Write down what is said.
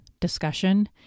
discussion